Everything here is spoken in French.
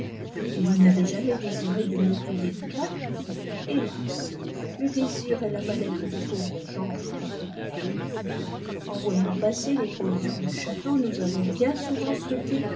et vous n'avez jamais désiré de mets plus délicats hélas le désir est la maladie des pauvres gens répondit biann en voyant passer lespiisfods du château nous avons bin souvent souhaité